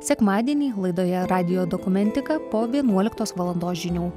sekmadienį laidoje radijo dokumentika po vienuoliktos valandos žinių